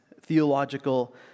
theological